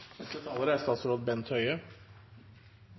Neste taler er